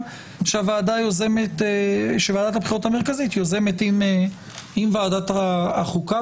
שוועדת הבחירות המרכזית יוזמת עם ועדת החוקה.